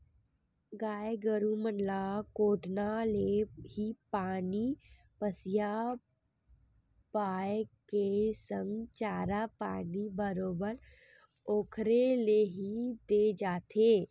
गाय गरु मन ल कोटना ले ही पानी पसिया पायए के संग चारा पानी बरोबर ओखरे ले ही देय जाथे